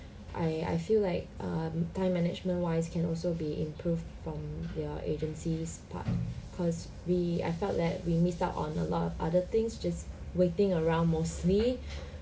I I feel like um time management wise can also be improved from your agencies part cause we I felt that we missed out on a lot of other things just waiting around mostly